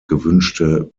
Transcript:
gewünschte